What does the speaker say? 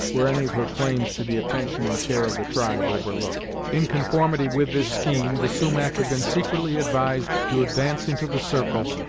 were any of her claims to the attention and care of the tribe overlooked. in conformity with this scheme, the sumach had been secretly advised to advance into the circle,